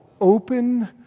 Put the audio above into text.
open